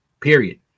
period